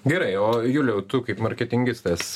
gerai o juliau tu kaip marketingistas